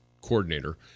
coordinator